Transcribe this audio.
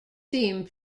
theme